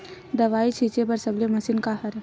दवाई छिंचे बर सबले मशीन का हरे?